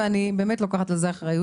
ואני לוקחת על זה אחריות,